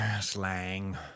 Slang